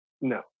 No